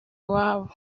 iwabo